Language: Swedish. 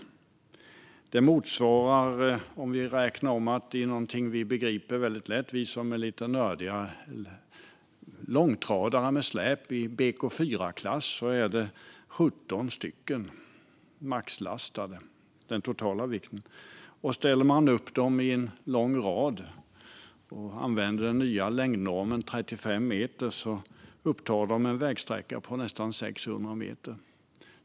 Den totala vikten motsvarar, om vi räknar om det i något som vi som är lite nördiga begriper väldigt lätt, 17 maxlastade långtradare i BK4-klass med släp. Ställer man upp dem i en lång rad och använder den nya längdnormen 35 meter upptar de en vägsträcka på nästan 600 meter.